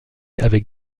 avec